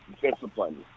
discipline